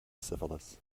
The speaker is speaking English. syphilis